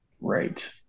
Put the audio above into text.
Right